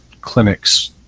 clinics